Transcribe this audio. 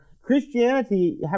Christianity